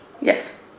Yes